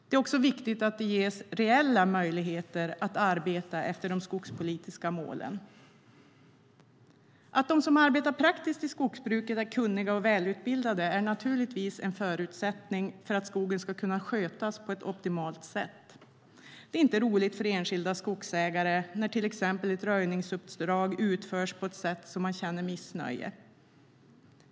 Det är också viktigt att de ges reella möjligheter att arbeta efter de skogspolitiska målen. Att de som arbetar praktiskt i skogsbruket är kunniga och välutbildade är naturligtvis en förutsättning för att skogen ska kunna skötas på ett optimalt sätt. Det är inte roligt för enskilda skogsägare när till exempel ett röjningsuppdrag utförs på ett sådant sätt att man känner missnöje.